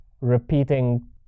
repeating